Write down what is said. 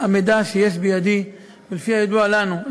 המידע שיש בידי ולפי הידוע לנו,